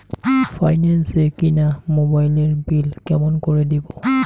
Finance এ কিনা মোবাইলের বিল কেমন করে দিবো?